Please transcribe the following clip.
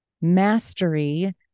Mastery